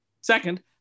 Second